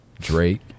Drake